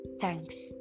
Thanks